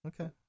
okay